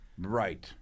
Right